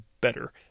better